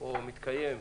או מתקיים,